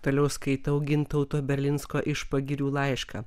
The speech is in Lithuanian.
toliau skaitau gintauto berlinsko iš pagirių laišką